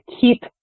keep